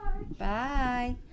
Bye